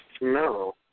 No